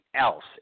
else